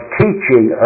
teaching